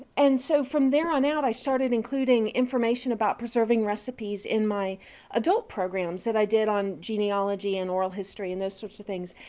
and so from there on out i started including information about preserving recipes in my adult programs that i did on genealogy and oral history and those sorts of things.